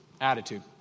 attitude